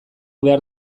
behar